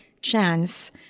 chance